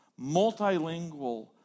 multilingual